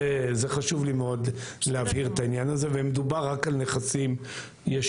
זה חשוב לי מאוד להבהיר את העניין הזה ומדובר רק על נכסים ישנים.